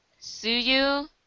Suyu